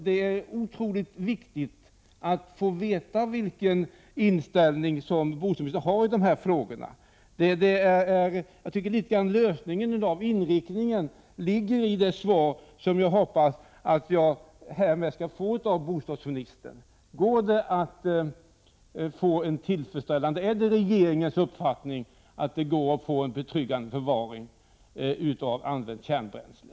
Det är otroligt viktigt att få veta vilken inställning bostadsministern har i de här frågorna. Det är viktigare än utredningsdirektiven. Inriktningen hoppas jag få veta i svaret på frågan: Är det regeringens uppfattning att det går att få en betryggande förvaring av använt kärnbränsle?